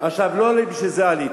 לא בשביל זה עליתי,